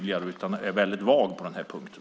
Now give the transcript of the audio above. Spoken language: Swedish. Jag tycker att han är väldigt vag på den punkten.